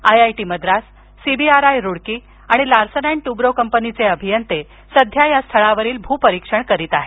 I I T Madras CBRI Roorkee आणि Larsen and Toubro कंपनीचे अभियंते सध्या या स्थळावरील भूपरीक्षण करीत आहेत